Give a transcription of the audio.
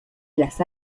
las